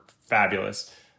fabulous